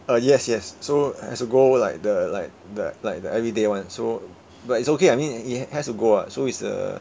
uh yes yes so has to go like the like the like the everyday [one] so but it's okay I mean it has to go what so it's a